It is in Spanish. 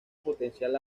potencial